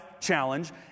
challenge